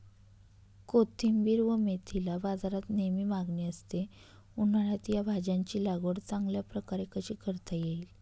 कोथिंबिर व मेथीला बाजारात नेहमी मागणी असते, उन्हाळ्यात या भाज्यांची लागवड चांगल्या प्रकारे कशी करता येईल?